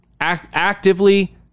Actively